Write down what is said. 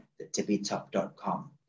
thetippytop.com